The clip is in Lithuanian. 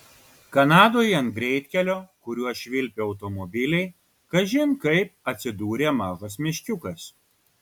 kanadoje ant greitkelio kuriuo švilpė automobiliai kažin kaip atsidūrė mažas meškiukas